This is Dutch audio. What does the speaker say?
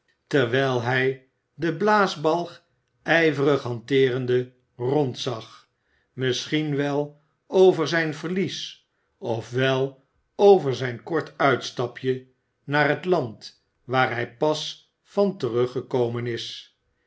terwijl hij den blaasbalg ijverig hanteerende rondzag misschien wel over zijn verlies of wel over zijn kort uitstapje naar het land waar hij pas van teruggekomen is